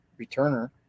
returner